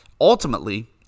Ultimately